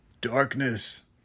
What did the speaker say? darkness